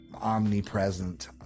omnipresent